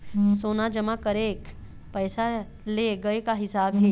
सोना जमा करके पैसा ले गए का हिसाब हे?